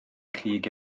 chig